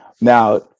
Now